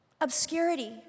Obscurity